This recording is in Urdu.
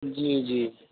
جی جی